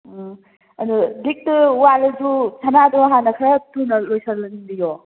ꯎꯝ ꯑꯗꯣ ꯂꯤꯛꯇꯣ ꯋꯥꯠꯂꯁꯨ ꯁꯅꯥꯗꯣ ꯍꯥꯟꯅ ꯈꯔ ꯊꯨꯅ ꯂꯣꯏꯁꯟꯍꯟꯕꯤꯌꯣ